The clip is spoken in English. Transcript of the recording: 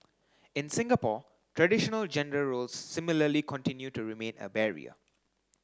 in Singapore traditional gender roles similarly continue to remain a barrier